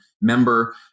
member